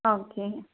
okay